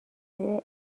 زیر